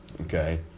okay